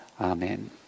Amen